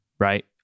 right